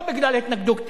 לא בגלל התנגדות עקרונית.